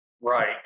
Right